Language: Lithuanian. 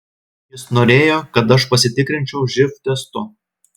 jis norėjo kad aš pasitikrinčiau živ testu